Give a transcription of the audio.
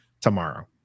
tomorrow